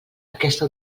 aquesta